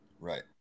Right